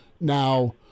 Now